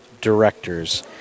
Directors